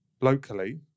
locally